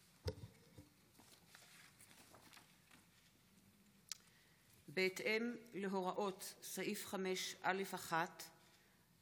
בהתאם להוראות סעיף 5(א)(1),